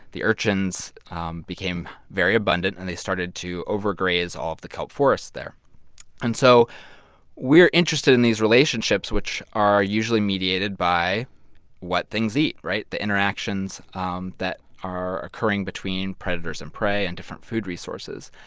the urchins became very abundant. and they started to overgraze all of the kelp forests there and so we're interested in these relationships which are usually mediated by what things eat, the interactions um that are occurring between predators and prey and different food resources.